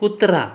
कुत्रा